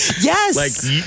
Yes